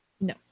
No